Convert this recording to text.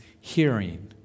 hearing